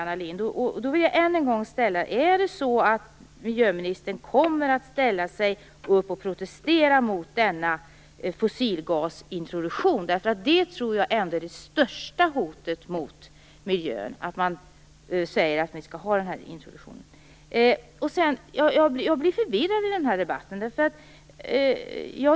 Jag vill därför än en gång fråga: Kommer miljöministern att ställa sig upp och protestera mot denna fossilgasintroduktion? Jag tror ändå att det är det största hotet mot miljön, att man säger att vi skall ha den introduktionen. Jag blir förvirrad i den här debatten.